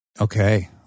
Okay